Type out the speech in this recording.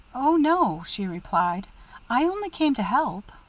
oh, no, she replied i only came to help.